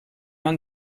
man